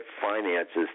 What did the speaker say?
finances